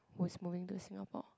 who's moving to Singapore